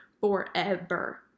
forever